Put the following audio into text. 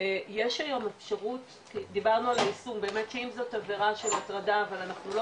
היום אפשרות דיברנו על יישום באמת אם זאת עבירה של הטרדה אבל אנחנו לא